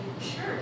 sure